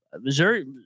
Missouri